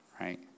Right